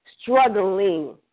struggling